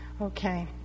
okay